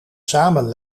samen